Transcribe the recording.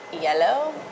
yellow